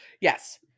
yes